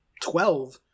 twelve